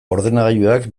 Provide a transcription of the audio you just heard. ordenagailuak